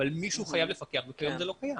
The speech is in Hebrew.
אבל מישהו חייב לפקח וכיום זה לא קיים.